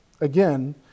again